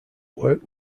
work